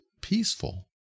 peaceful